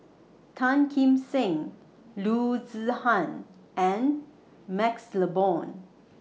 Tan Kim Seng Loo Zihan and MaxLe Blond